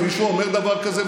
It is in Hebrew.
אם מישהו אומר דבר כזה,